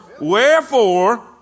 Wherefore